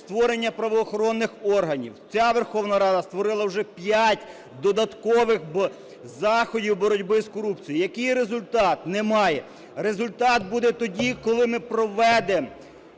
створення правоохоронних органів. Ця Верховна Рада створила уже п’ять додаткових заходів боротьби з корупцією. Який результат? Немає. Результат буде тоді, коли ми проведемо